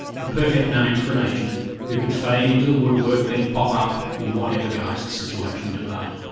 the perfect name for an agent who could fade into the woodwork then pop up in whatever guise the situation demanded.